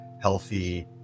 healthy